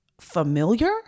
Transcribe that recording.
familiar